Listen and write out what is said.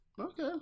Okay